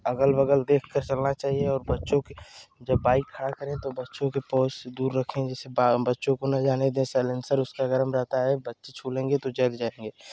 अगल बगल देखकर चलाना चाहिए और बच्चों की जब बाइक खा खड़ा करें तो बच्चों के पहुँच से दूर रखें जैसे बा बच्चों को न जाने दें साईलेन्सर उसका गर्म रहता है बच्चे छू लेंगे तो जल जाएंगे